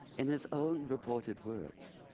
in his own reported words,